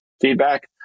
feedback